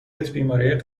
بیماریهای